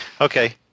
Okay